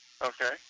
Okay